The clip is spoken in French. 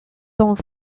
dans